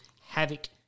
havoc